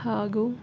ಹಾಗೂ